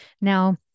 Now